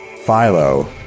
Philo